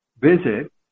visit